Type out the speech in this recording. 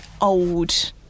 old